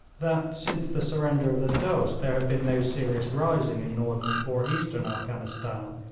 that, since the surrender of the dost, there had been no serious rising in northern or eastern afghanistan,